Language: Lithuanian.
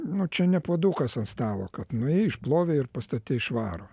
nu čia ne puodukas ant stalo kad nuėjai išplovei ir pastatei švarų